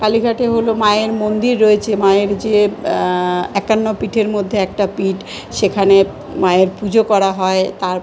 কালীঘাটে হলো মায়ের মন্দির রয়েছে মায়ের যে একান্ন পীঠের মধ্যে একটা পীঠ সেখানে মায়ের পুজো করা হয় তার